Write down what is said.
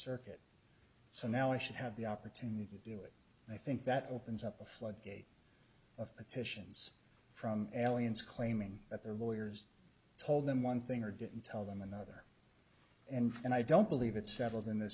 circuit so now i should have the opportunity to do it and i think that opens up a floodgate of petitions from aliens claiming that their lawyers told them one thing or didn't tell them another and and i don't believe it's settled in th